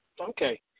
Okay